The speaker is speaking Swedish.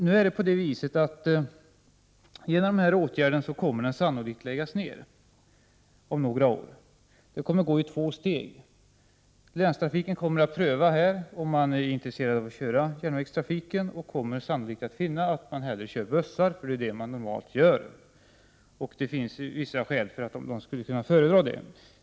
Till följd av de ifrågavarande åtgärderna kommer järnvägen sannolikt att läggas ned om några år. Det kommer att ske i två steg. På länstrafikhåll kommer man att pröva om det finns intresse för järnvägstrafiken, och då finner man sannolikt att buss föredras, vilket är det normala. Det finns också vissa skäl att föredra buss.